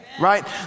Right